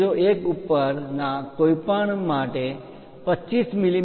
01 ઉપરના કોઈપણ માટે 25 મી